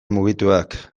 mugituak